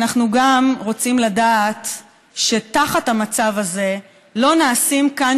אנחנו גם רוצים לדעת שתחת המצב הזה לא נעשים כאן